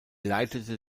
leitete